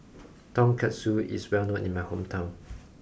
Tonkatsu is well known in my hometown